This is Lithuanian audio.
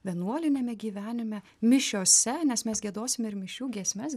vienuoliniame gyvenime mišiose nes mes giedosime ir mišių giesmes